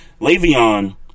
Le'Veon